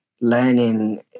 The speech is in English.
learning